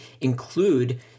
include